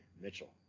Mitchell